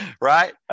Right